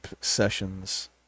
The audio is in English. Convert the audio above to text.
sessions